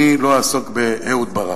אני לא אעסוק באהוד ברק,